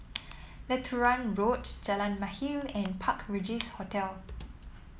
Lutheran Road Jalan Mahir and Park Regis Hotel